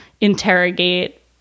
interrogate